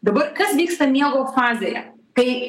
dabar kas vyksta miego fazėje kai